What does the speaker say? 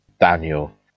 Daniel